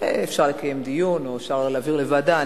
אפשר לקיים דיון, או אפשר להעביר לוועדה.